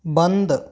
बंद